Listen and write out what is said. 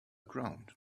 ground